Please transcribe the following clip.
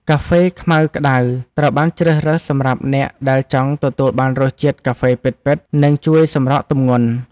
កាហ្វេខ្មៅក្ដៅ ត្រូវបានជ្រើសរើសសម្រាប់អ្នកដែលចង់ទទួលបានរសជាតិកាហ្វេពិតៗ និងជួយសម្រកទម្ងន់។